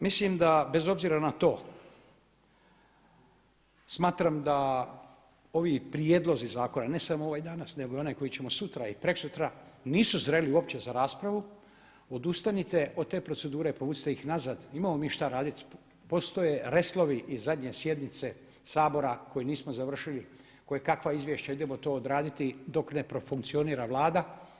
Mislim da bez obzira na to smatram da ovi prijedlozi zakona ne samo ovaj danas nego i onaj koji ćemo sutra i prekosutra nisu zreli uopće za raspravu odustanite od te procedure, povucite ih nazad, imamo mi šta raditi, postoje reslovi i zadnje sjednice Sabora koje nismo završili, koje kakva izvješća, idemo to odraditi dok ne profunkcionira Vlada.